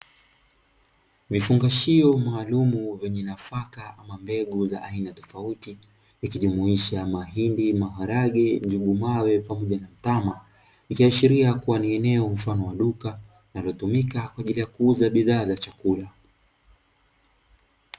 Vifungashio maalumu venye nafaka maalumu na mbegu za aina tofauti ikijumuisha mahindi, maharage, njugu mawe pamoja na mtama ikiashiria kuwa ni eneo mfano wa duka linalotumika kwa ajili ya kuuza bidhaa za chakula.